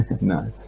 Nice